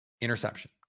interception